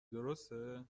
درسته